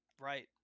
Right